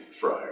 fryer